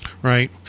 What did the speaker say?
Right